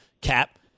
Cap